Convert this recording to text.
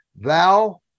thou